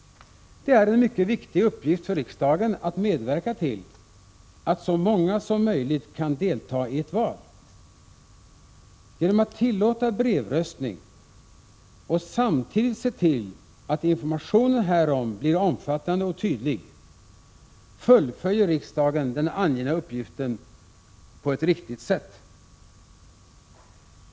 Det är en mycket viktig uppgift för riksdagen att medverka till att så många som möjligt kan deltaga i ett val. Genom att tillåta brevröstning och samtidigt se till att informationen härom blir omfattande och tydlig, fullföljer riksdagen den angivna uppgiften på ett riktigt sätt.